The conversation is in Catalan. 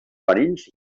marins